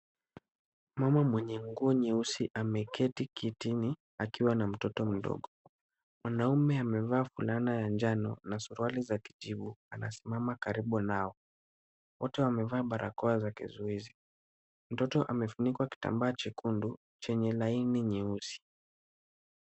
Mama mwenye nguo nyeusi ameketi kitini akiwa na mtoto mdogo. Mwanaume ana fulana ya njano, na suruali za kijivu anasimama karibu nao. Wote wamevaa barakoa za kizuizi. Mtoto amefunikwa kitambaa chekundu chenye laini nyeusi.